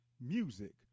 music